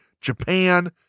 Japan